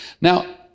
Now